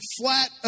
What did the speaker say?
flat